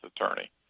attorney